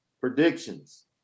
Predictions